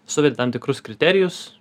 suvedi tam tikrus kriterijus